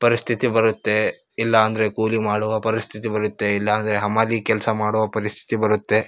ಪರಿಸ್ಥಿತಿ ಬರುತ್ತೆ ಇಲ್ಲ ಅಂದರೆ ಕೂಲಿ ಮಾಡುವ ಪರಿಸ್ಥಿತಿ ಬರುತ್ತೆ ಇಲ್ಲ ಅಂದರೆ ಹಮಾಲಿ ಕೆಲಸ ಮಾಡುವ ಪರಿಸ್ಥಿತಿ ಬರುತ್ತೆ